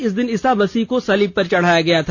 इस दिन ईसा मसीह को सलीब पर चढ़ाया गया था